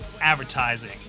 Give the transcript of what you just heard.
advertising